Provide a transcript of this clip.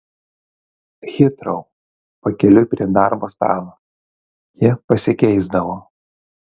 hitrou pakeliui prie darbo stalo ji pasikeisdavo